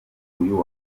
uyu